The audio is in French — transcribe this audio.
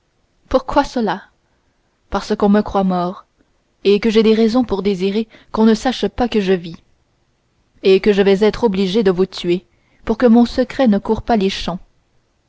pourquoi cela parce qu'on me croit mort que j'ai des raisons pour désirer qu'on ne sache pas que je vis et que je vais être obligé de vous tuer pour que mon secret ne coure pas les champs